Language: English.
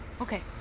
Okay